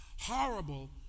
horrible